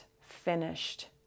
finished